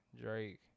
Drake